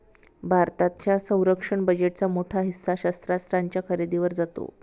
भारताच्या संरक्षण बजेटचा मोठा हिस्सा शस्त्रास्त्रांच्या खरेदीवर जातो